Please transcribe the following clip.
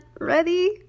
ready